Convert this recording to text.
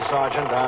Sergeant